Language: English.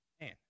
man